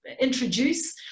introduce